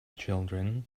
children